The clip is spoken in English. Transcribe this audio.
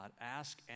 ask